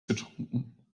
getrunken